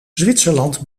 zwitserland